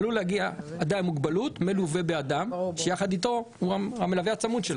עלול להגיע אדם עם מוגבלות מלווה באדם שהוא המלווה הצמוד שלו.